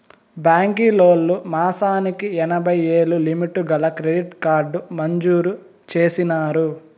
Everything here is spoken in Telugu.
బాంకీలోల్లు మాసానికి ఎనభైయ్యేలు లిమిటు గల క్రెడిట్ కార్డు మంజూరు చేసినారు